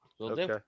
Okay